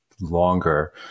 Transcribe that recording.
longer